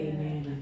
Amen